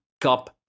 Cup